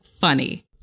funny